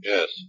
Yes